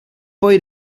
poi